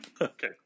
Okay